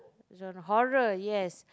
genre horror yes